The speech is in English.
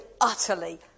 utterly